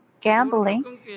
gambling